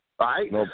right